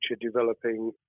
developing